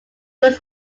was